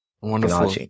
Wonderful